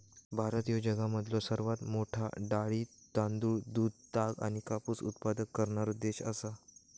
भारत ह्यो जगामधलो सर्वात मोठा डाळी, तांदूळ, दूध, ताग आणि कापूस उत्पादक करणारो देश आसा